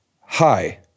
hi